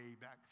back